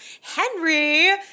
Henry